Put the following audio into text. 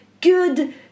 good